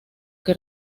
que